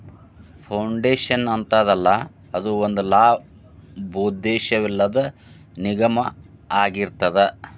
foundation ಅಂತದಲ್ಲಾ, ಅದು ಒಂದ ಲಾಭೋದ್ದೇಶವಿಲ್ಲದ್ ನಿಗಮಾಅಗಿರ್ತದ